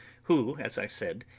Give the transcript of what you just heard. who, as i said,